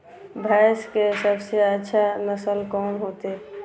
भैंस के सबसे अच्छा नस्ल कोन होते?